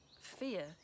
fear